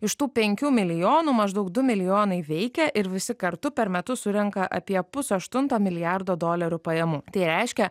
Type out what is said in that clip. iš tų penkių milijonų maždaug du milijonai veikia ir visi kartu per metus surenka apie pusaštunto milijardo dolerių pajamų tai reiškia